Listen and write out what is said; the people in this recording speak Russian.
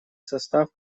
состав